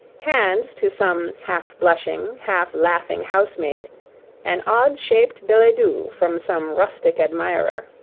hands to some half-blushing, half-laughing housemaid an odd-shaped billet-doux from some rustic admirer.